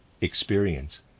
experience